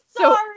sorry